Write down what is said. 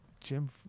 Jim